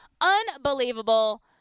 unbelievable